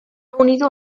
unido